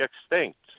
extinct